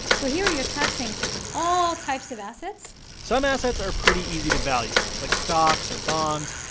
so here, you're taxing all types of assets some assets are pretty easy to value, like stocks or bonds.